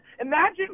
Imagine